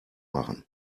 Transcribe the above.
machen